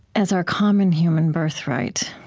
as our common human birthright,